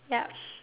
yup